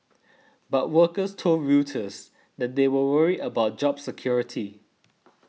but workers told Reuters that they were worried about job security